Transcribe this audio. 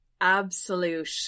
absolute